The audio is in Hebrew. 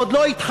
עוד לא התחלנו,